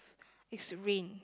is rain